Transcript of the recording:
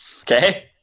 Okay